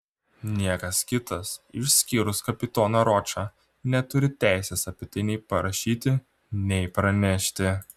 niekas kitas išskyrus kapitoną ročą neturi teisės apie tai nei parašyti nei pranešti